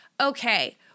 okay